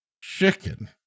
chicken